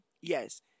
Yes